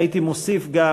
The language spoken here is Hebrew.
והייתי מוסיף גם